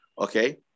okay